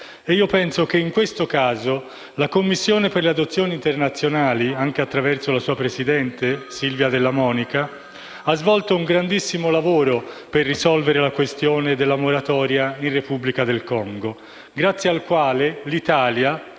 strumentali. In questo caso, la Commissione per le adozioni internazionali, anche attraverso la sua presidente Silvia Della Monica, ha svolto un grandissimo lavoro per risolvere la questione della moratoria da parte della Repubblica democratica del Congo, grazie al quale tengo